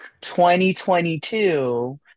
2022